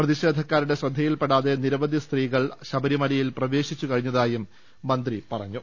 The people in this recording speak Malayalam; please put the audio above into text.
പ്രതിഷേധക്കാ രുടെ ശ്രദ്ധയിൽപെടാതെ നിരവധി സ്ത്രീകൾ ശബരിമലയിൽ പ്രവേശിച്ചു കഴിഞ്ഞതായും മന്ത്രി പറഞ്ഞു